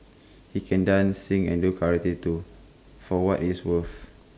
he can dance sing and do karate too for what it's worth